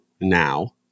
now